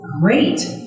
great